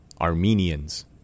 Armenians